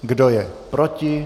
Kdo je proti?